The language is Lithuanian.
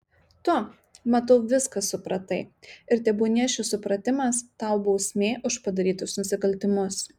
tu matau viską supratai ir tebūnie šis supratimas tau bausmė už padarytus nusikaltimus